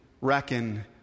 reckon